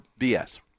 BS